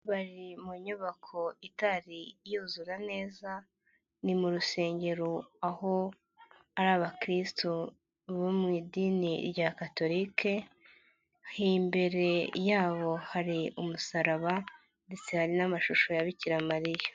Bari mu nyubako itari yuzura neza, ni mu rusengero aho ari abakristo bo mu idini rya Gatolike, imbere yabo hari umusaraba ndetse hari n'amashusho ya Bikira Mariya.